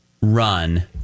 run